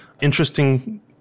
interesting